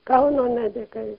kauno medikai